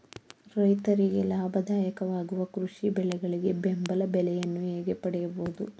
ರೈತರಿಗೆ ಲಾಭದಾಯಕ ವಾಗುವ ಕೃಷಿ ಬೆಳೆಗಳಿಗೆ ಬೆಂಬಲ ಬೆಲೆಯನ್ನು ಹೇಗೆ ಪಡೆಯಬಹುದು?